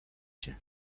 cię